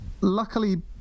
luckily